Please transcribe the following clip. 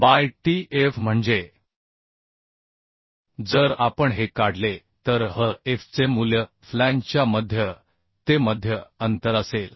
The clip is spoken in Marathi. बाय Tf म्हणजे जर आपण हे काढले तर Hf चे मूल्य फ्लॅंजच्या मध्य ते मध्य अंतर असेल